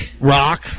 Rock